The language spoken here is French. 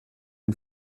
une